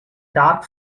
dark